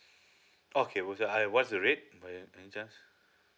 okay was that I what's the rate by any chance